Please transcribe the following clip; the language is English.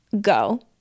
go